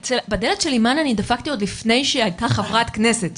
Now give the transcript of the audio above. בדלת של אימאן אני דפקתי עוד לפני שהיא הייתה חברת כנסת,